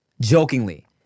jokingly